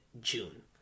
June